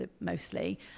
mostly